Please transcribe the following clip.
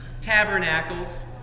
tabernacles